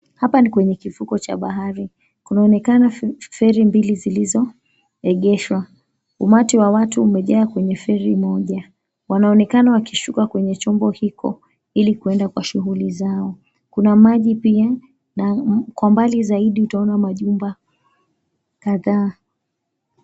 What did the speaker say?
Hapa ni kwenye kifukwe cha bahari. Kunaonekana feri mbili zilizoegeshwa. Umati wa watu umejaa kwenye ferry moja, wanaonekana wakishuka kwenye chombo hicho ili kwenda kwa shughuli zao. Kuna maji pia na kwa mbali zaidi utaona majumba kadhaa.